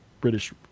British